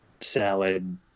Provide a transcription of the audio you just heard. salad